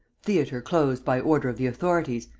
theatre closed by order of the authorities.